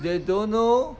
they don't know